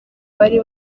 bari